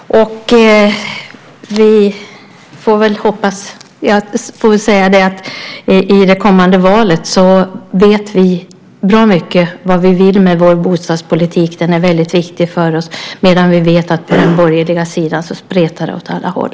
I det kommande valet vet vi bra mycket om vad vi vill med vår bostadspolitik - den är väldigt viktig för oss - medan vi vet att det på den borgerliga sidan spretar åt alla håll.